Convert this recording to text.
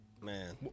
Man